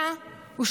112, 113, 114, גברתי,